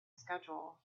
schedule